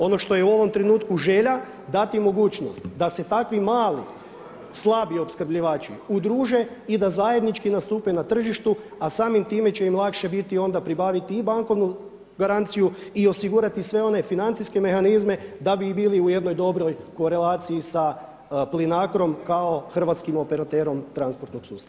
Ono što je u ovom trenutku želja dati mogućnost da se takvi mali slabi opskrbljivači udruže i da zajednički nastupe na tržištu, a samim time će im lakše biti onda pribaviti i bankovnu garanciju i osigurati sve one financijske mehanizme da bi bili u jednoj dobroj korelaciji sa Plinacrom kao hrvatskim operaterom transportnog sustava.